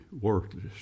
worthless